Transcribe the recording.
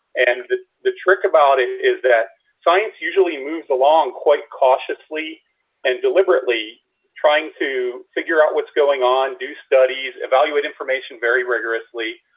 and the trick about it is that science usually moves along quite cautiously and deliberately trying to figure out what's going on. do studies evaluate information very rigorously.